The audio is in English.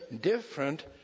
different